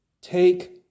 take